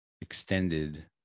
extended